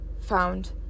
found